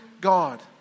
God